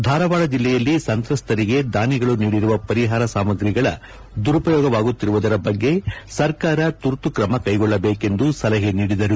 ಧಾರವಾಡ ಜಿಲ್ಲೆಯಲ್ಲಿ ಸಂತ್ರಸ್ತರಿಗೆ ದಾನಿಗಳು ನೀಡಿರುವ ಪರಿಹಾರ ಸಾಮಾಗ್ರಿಗಳ ದುರುಪಯೋಗವಾಗುತ್ತಿರುವುದರ ಬಗ್ಗೆ ಸರ್ಕಾರ ತುರ್ತು ಕ್ರಮ ಕ್ರೈಗೊಳ್ಳಬೇಕೆಂದು ಸಲಹೆ ನೀಡಿದರು